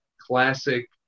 classic